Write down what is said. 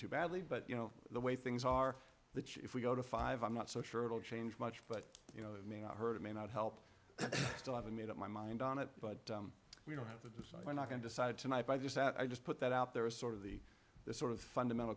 too badly but you know the way things are the if we go to five i'm not so sure it'll change much but you know i mean i heard it may not help still haven't made up my mind on it but we don't have to decide we're not going decided tonight by just i just put that out there is sort of the sort of fundamental